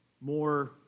more